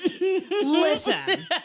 Listen